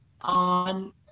on